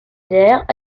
aires